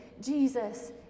Jesus